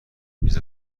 میز